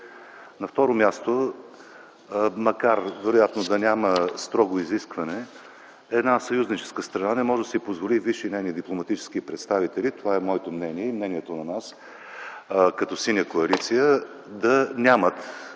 На второ място, макар вероятно да няма строго изискване, една съюзническа страна не може да си позволи висши нейни дипломатически представители – това е моето и мнението ни като Синя коалиция, да нямат